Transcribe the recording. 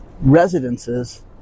residences